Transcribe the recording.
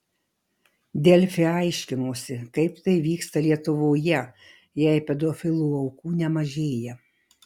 delfi aiškinosi kaip tai vyksta lietuvoje jei pedofilų aukų nemažėja